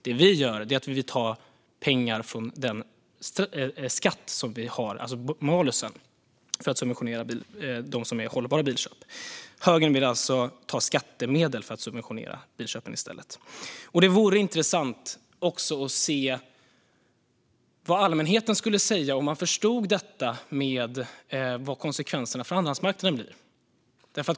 Det vi gör är att ta pengar från den skatt vi har, malusen, för att subventionera hållbara bilköp. Högern vill alltså i stället ta skattemedel för att subventionera bilköpen. Det vore intressant att se vad allmänheten skulle säga om man förstod vad konsekvenserna blir för andrahandsmarknaden.